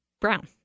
Brown